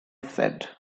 said